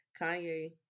Kanye